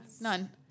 none